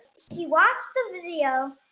she watched the video.